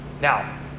now